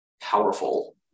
powerful